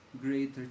greater